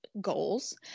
goals